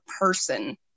person